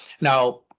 Now